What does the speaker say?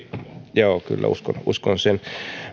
joo kyllä uskon uskon sen